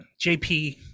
JP